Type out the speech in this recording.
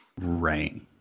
Right